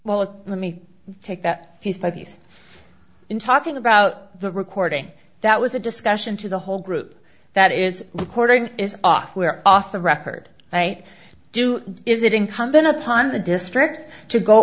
well let me take that piece by piece in talking about the recording that was a discussion to the whole group that is recording is off where off the record i do is it incumbent upon the district to go